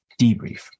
debrief